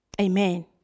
Amen